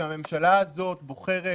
כשהממשלה הזאת בוחרת